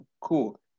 Cool